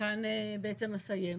מכאן אסיים.